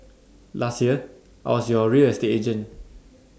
last year I was your real estate agent